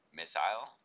missile